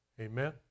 amen